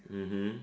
mmhmm